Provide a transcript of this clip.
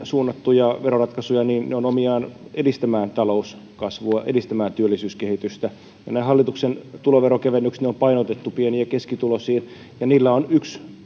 suunnattuja veroratkaisuja niin ne ovat omiaan edistämään talouskasvua edistämään työllisyyskehitystä nämä hallituksen tuloveron kevennykset on painotettu pieni ja keskituloisiin ja niillä on yksi